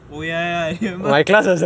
oh ya ya I remember